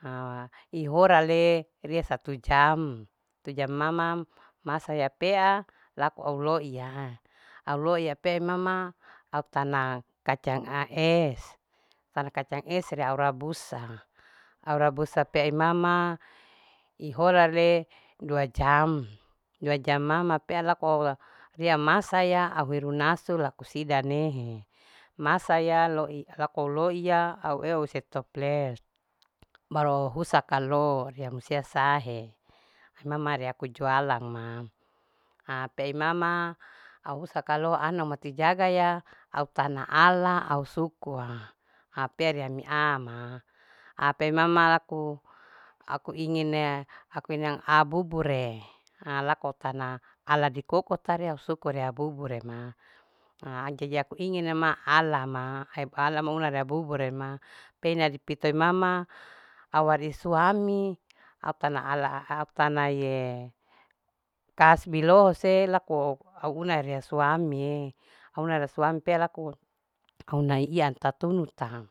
ihora le rie satu jam. satu jam mama masa ya pea lako au loiya. au loiya pea imama au tana kacang as au tana kacang as au rabusa. au rabusa pe imama ihora le dua jam dua jam mama pea lako ria masaya au hiru nasu laku sida nehe masa ya loi laku loiya au eu setoples baru husa kalo musia sahe imama rea ku jualang ma ha pe imama au husa kalo ana mati jaga ya au tana ala au sukua hape rea mi ama ape imama laku aku ingine. aku ingin abubure ha lako tana ala dikoko tare risuku abubu re ma a jadi aku ingin nema ala ma rea meuna rea bubu pe ina dipito mama au wari suami au tana aala au tana ye kasbi lose lakuko au una rea suamie au una rea suamie au una re suami pea laku au una iya tatunuta